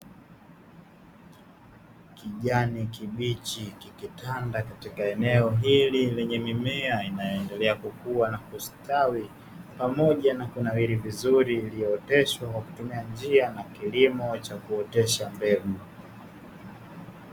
Kijani kibichi kikitanda katika eneo hili lenye mimea inayoendelea kukua na kustawi pamoja na kunawiri vizuri iliyooteshwa kwa kutumia njia na kilimo cha kuotesha mbegu.